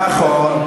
נכון.